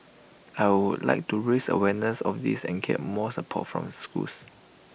I would like to raise awareness of this and get more support from the schools